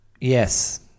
yes